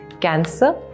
Cancer